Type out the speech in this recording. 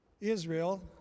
Israel